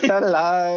Hello